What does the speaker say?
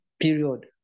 period